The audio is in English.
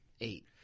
eight